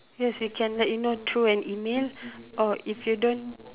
yes we can let you know through an email or if you don't